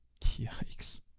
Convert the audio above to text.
Yikes